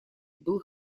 был